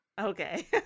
Okay